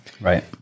right